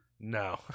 no